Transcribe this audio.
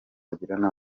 agirana